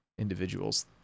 individuals